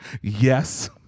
Yes